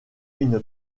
une